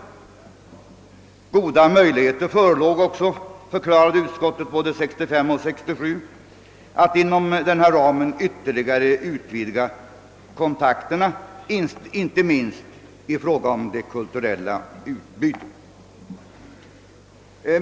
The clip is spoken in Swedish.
Både 1965 och 1967 förklarade utskottet att goda möjligheter förelåg att inom föreliggande ram ytterligare utvidga kontakterna, inte minst i fråga om det kulturella utbytet.